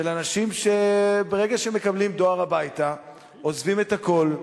של אנשים שברגע שהם מקבלים דואר הביתה עוזבים את הכול,